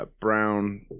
Brown